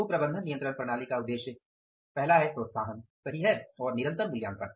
तो प्रबंधन नियंत्रण प्रणाली का उद्देश्य एक है प्रोत्साहन सही है और निरंतर मूल्यांकन